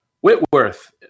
Whitworth